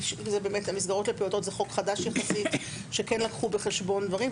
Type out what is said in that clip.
כי המסגרות לפעוטות זה חוק חדש יחסית שכן לקחו בחשבון דברים,